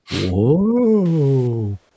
Whoa